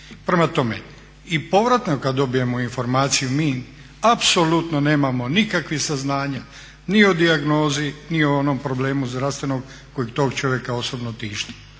Prema tome i povratno kad dobijemo informaciju mi apsolutno nemamo nikakvih saznanja ni o dijagnozi ni o onom problemu zdravstvenog koji tog čovjeka osobno tišti.